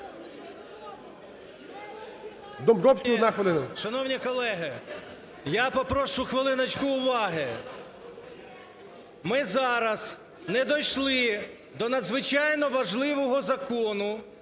ДОМБРОВСЬКИЙ О.Г. Шановні колеги, я попрошу хвилиночку уваги. Ми зараз не дійшли до надзвичайно важливого Закону